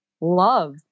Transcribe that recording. love